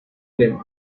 flame